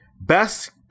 best